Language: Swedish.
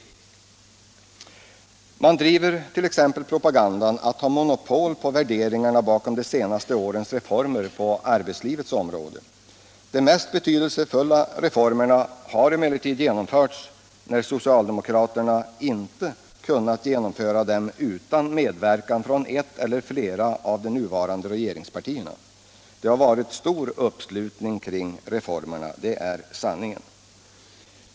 Socialdemokraterna driver t.ex. propagandan att de har monopol på värderingarna bakom de senaste årens reformer på arbetslivets område. De mest betydelsefulla reformerna har emellertid genomförts när socialdemokraterna inte kunnat genomföra dem utan medverkan från ett eller flera av de nuvarande regeringspartierna. Det har varit stor uppslutning kring reformerna. Det är sanningen.